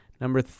number